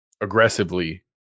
aggressively